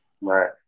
Right